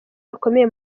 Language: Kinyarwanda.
bakomeye